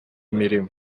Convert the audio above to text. imirimo